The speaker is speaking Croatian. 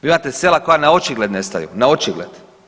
Vi imate sela koja naočigled nestaju, naočigled.